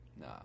No